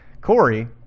Corey